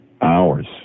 Hours